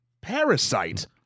Parasite